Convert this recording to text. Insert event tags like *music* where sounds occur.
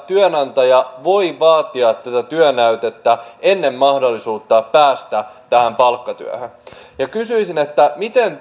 työnantaja voi vaatia tätä työnäytettä ennen mahdollisuutta päästä tähän palkkatyöhön kysyisin miten *unintelligible*